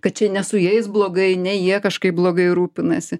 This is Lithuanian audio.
kad čia ne su jais blogai ne jie kažkaip blogai rūpinasi